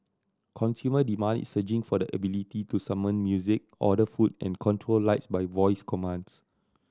consumer demand is surging for the ability to summon music order food and control lights by voice commands